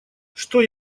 что